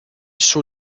suo